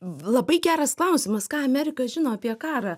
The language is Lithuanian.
labai geras klausimas ką amerika žino apie karą